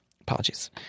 Apologies